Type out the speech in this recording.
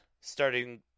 starting